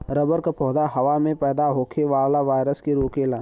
rubber क पौधा हवा में पैदा होखे वाला वायरस के रोकेला